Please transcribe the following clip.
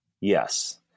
Yes